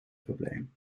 probleem